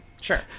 Sure